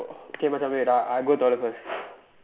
K Macha wait ah I go toilet first